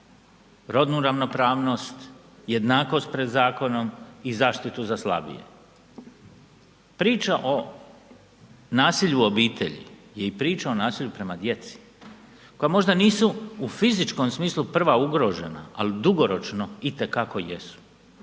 rodnu ravnopravnost, jednakost pred zakonom i zaštitu za slabije. Priča o nasilju u obitelji je i priča o nasilju prema djeci koja možda nisu u fizičkom smislu prva ugrožena, ali dugoročno itekako jesu.